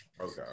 Okay